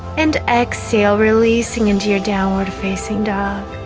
and exhale releasing into your downward facing dog